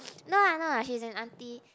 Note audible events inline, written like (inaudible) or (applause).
(noise) no lah no lah she's an aunty